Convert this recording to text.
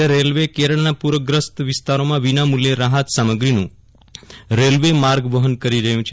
ભારતીય રેલવે કેરળના પુરગ્રસ્ત વિસ્તારોમાં વિનામુલ્યે રાહત સામગ્રીનું રેલ્વે માર્ગ વહન કરી રહ્યું છે